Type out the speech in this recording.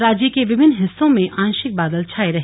राज्य के विभिन्न हिस्सों में आंशिक बादल छाये रहे